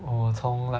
我从 like